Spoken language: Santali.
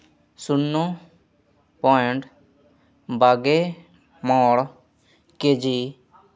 ᱥᱩᱱᱱᱚ ᱯᱚᱸᱭᱮᱴ ᱵᱟᱜᱮ ᱢᱚᱬ ᱠᱮᱡᱤ